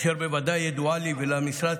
אשר בוודאי ידועה לי ולמשרד,